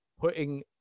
putting